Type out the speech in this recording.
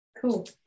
Cool